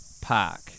park